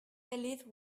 believe